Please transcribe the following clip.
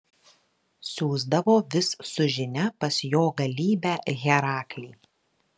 siųsdavo vis su žinia pas jo galybę heraklį